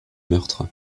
meurtre